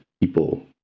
people